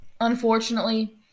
Unfortunately